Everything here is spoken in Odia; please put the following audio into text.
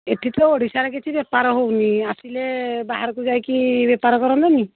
ଏଠି ତ ଓଡ଼ିଶାରେ କିଛି ବେପାର ହେଉନି ଆସିଲେ ବାହାରକୁ ଯାଇକି ବେପାର କରନ୍ତେନି